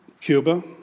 Cuba